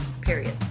period